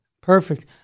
Perfect